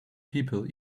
people